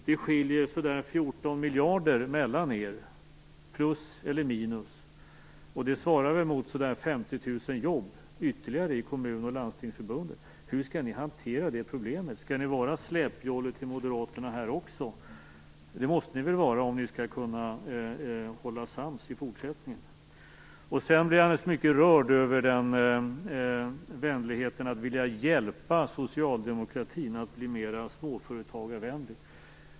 Det skiljer ca 14 miljarder mellan er, plus eller minus. Det svarar väl mot ca 50 000 jobb ytterligare i kommuner och landsting. Hur skall ni hanterad det problemet? Skall ni vara släpjolle till Moderaterna här också? Det måste ni väl vara om ni skall kunna hålla sams i fortsättningen. Sedan blir jag naturligtvis mycket rörd över vänligheten att vilja hjälpa socialdemokratin att bli mer småföretagarvänlig.